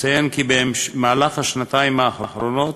נציין כי במהלך השנתיים האחרונות